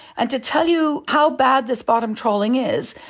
and to tell you how bad this bottom trawling is,